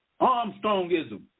Armstrongism